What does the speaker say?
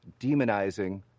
demonizing